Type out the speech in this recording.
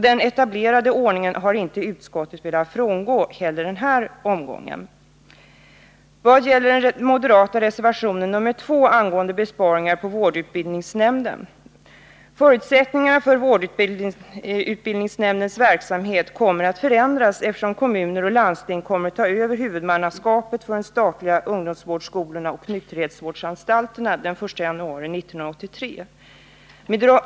Den etablerade ordningen har utskottet inte heller den här gången velat frångå. I den moderata reservationen nr 2 vill man uppnå besparingar genom en minskning av anslaget till vårdutbildningsnämnden. Förutsättningarna för vårdutbildningsnämndens verksamhet kommer att förändras, eftersom kommuner och landsting skall ta över huvudmannaskapet för de statliga ungdomsvårdsskolorna och nykterhetsvårdsanstalterna den 1 januari 1983.